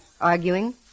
Arguing